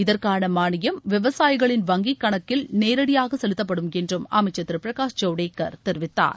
இதற்கான மானியம் விவசாயிகளின் வங்கிக் கணக்கில் நேரடியாக செலுத்தப்படும் என்று அமைச்சர் திரு பிரகாஷ் ஜவடேகர் கூறினார்